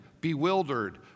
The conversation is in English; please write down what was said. bewildered